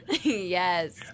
Yes